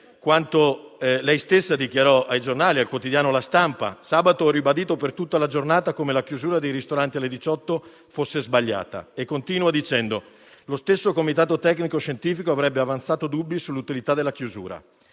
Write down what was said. quanto lei stessa dichiarò ai giornali, al quotidiano «La Stampa»: «Sabato ho ribadito per tutta la giornata come la chiusura dei ristoranti alle 18 fosse sbagliata». Continua dicendo: «Lo stesso comitato tecnico-scientifico avrebbe avanzato dubbi sull'utilità della chiusura.